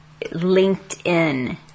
LinkedIn